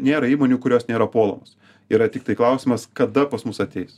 nėra įmonių kurios nėra puolamos yra tiktai klausimas kada pas mus ateis